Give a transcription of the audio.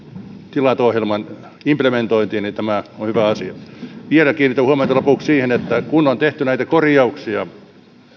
tilat ohjelman implementointiin niin tämä on hyvä asia vielä kiinnitän huomiota lopuksi siihen että kun on tehty näitä korjauksia